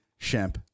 Shemp